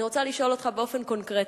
אני רוצה לשאול אותך באופן קונקרטי,